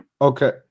Okay